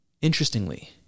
Interestingly